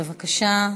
בבקשה,